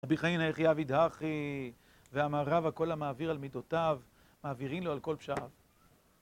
אבי חיינה, יחיאב ידאחי, והמערב, הכל המעביר על מידותיו, מעבירים לו על כל פשעיו.